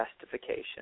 justification